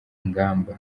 ingamba